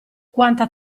quanta